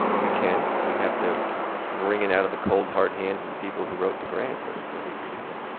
we can. we have to wring it out of the cold hard hands of the people who wrote the grant but that we can do that.